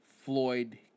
Floyd